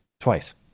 twice